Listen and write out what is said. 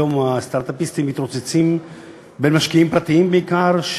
היום הסטרט-אפיסטים מתרוצצים בין משקיעים פרטיים בעיקר,